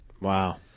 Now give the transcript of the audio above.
Wow